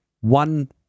one